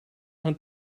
hunt